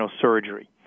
surgery